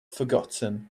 forgotten